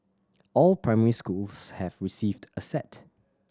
all primary schools have received a set